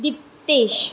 Diptesh